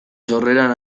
sorreran